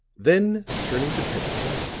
then turning to pendleton,